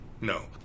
no